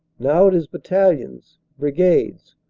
now it is battalions, brigades,